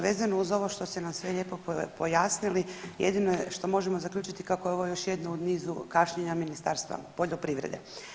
Vezano uz ovo što ste nam sve lijepo pojasnili jedino je što možemo zaključiti kako je ovo još jedno u nizu kašnjenja Ministarstva poljoprivrede.